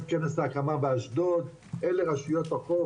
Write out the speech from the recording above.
הקמה באשדוד, אלה רשויות החוף